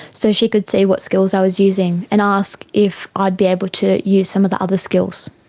so she could see what skills i was using and ask if i'd be able to use some of the other skills,